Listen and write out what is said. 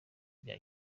bya